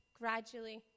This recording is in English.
gradually